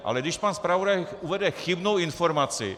Ale když pan zpravodaj uvede chybnou informaci?